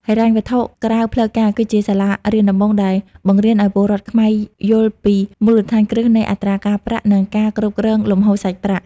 ហិរញ្ញវត្ថុក្រៅផ្លូវការគឺជា "សាលារៀនដំបូង" ដែលបង្រៀនឱ្យពលរដ្ឋខ្មែរយល់ពីមូលដ្ឋានគ្រឹះនៃអត្រាការប្រាក់ និងការគ្រប់គ្រងលំហូរសាច់ប្រាក់។